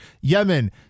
yemen